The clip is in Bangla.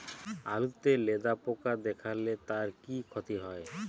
আলুতে লেদা পোকা দেখালে তার কি ক্ষতি হয়?